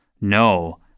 No